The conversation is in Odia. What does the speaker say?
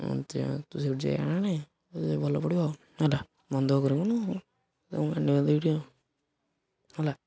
ତୁ ସେଇଠୁ ଯାଇ ଆଣେ ଭଲ ପଡ଼ିବ ଆଉ ହେଲା ମନଦୁଃଖ କରିବୁନୁ ହେଲା ହେଲା